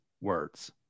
words